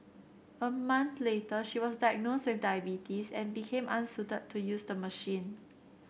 a month later she was diagnosed with diabetes and became unsuited to use the machine